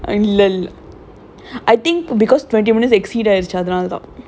இல்லல்ல:illalla I think because twenty minutes exceed ஆயிரிச்சு அதுனால தான்:aayiruchu athunaala thaan